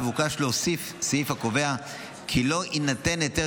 מבוקש להוסיף סעיף הקובע כי לא יינתן היתר